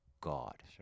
God